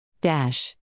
Dash